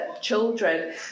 children